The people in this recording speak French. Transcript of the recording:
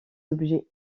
objets